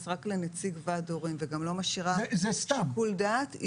רק לנציג ועד הורים וגם לא משאירה שיקול דעת.